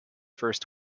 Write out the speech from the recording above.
first